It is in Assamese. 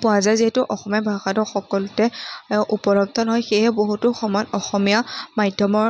পোৱা যায় যিহেতু অসমীয়া ভাষাটো সকলোতে উপলব্ধ নহয় সেয়েহে বহুতো সময়ত অসমীয়া মাধ্যমৰ